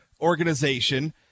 organization